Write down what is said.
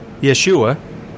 Yeshua